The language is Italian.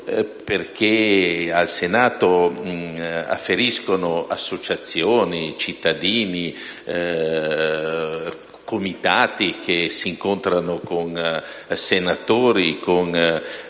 perché al Senato afferiscono associazioni, cittadini, comitati che si incontrano con singoli